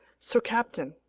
so, captain,